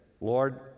Lord